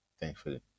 thankfully